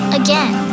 again